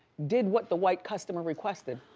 did what the white customer requested.